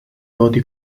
doti